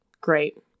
Great